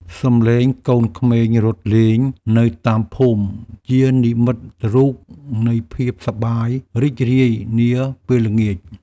សំឡេងកូនក្មេងរត់លេងនៅតាមភូមិជានិមិត្តរូបនៃភាពសប្បាយរីករាយនាពេលល្ងាច។